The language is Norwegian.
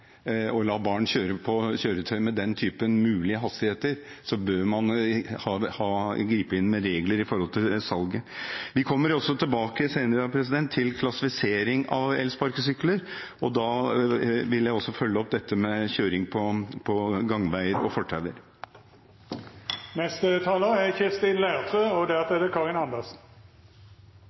å la barn kjøre på kjøretøy med den typen mulige hastigheter, mener jeg at man bør gripe inn med regler med hensyn til salget. Vi kommer tilbake senere i dag til klassifisering av elsparkesykler, og da vil jeg også følge opp dette med kjøring på gangveier og fortauer. Det